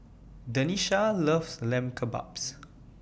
Denisha loves Lamb Kebabs